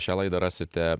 šią laidą rasite